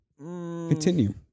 Continue